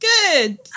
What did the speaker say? Good